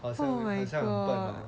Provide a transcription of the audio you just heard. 好像好像很笨 hor